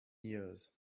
years